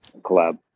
Collab